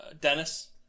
Dennis